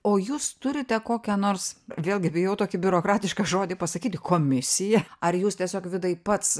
o jūs turite kokią nors vėlgi bijau tokį biurokratišką žodį pasakyti komisija ar jūs tiesiog vidai pats